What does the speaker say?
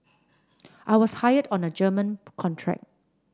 I was hired on a German contract